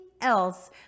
else